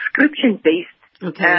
subscription-based